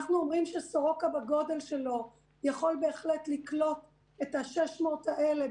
אנחנו אומרים שסורוקה בגודל שלו יכול בהחלט לקלוט את 600 האלה,